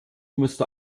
musste